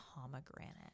pomegranate